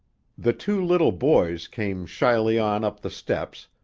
the two little boys came shyly on up the steps,